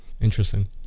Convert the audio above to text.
Interesting